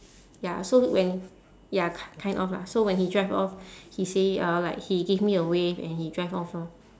ya so when ya k~ kind of lah so when he drive off he say uh like he gave me a wave and he drive off lor